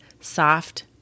soft